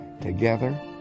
Together